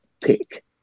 pick